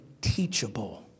teachable